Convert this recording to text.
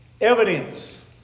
Evidence